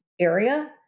area